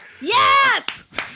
Yes